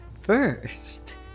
First